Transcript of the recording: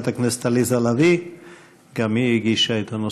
חברת הכנסת עליזה לביא,